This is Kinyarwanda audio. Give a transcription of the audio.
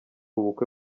ubukwe